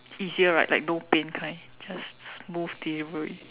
easier right like no pain kind just smooth delivery